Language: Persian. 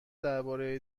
درباره